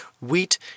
Wheat